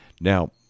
Now